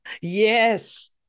Yes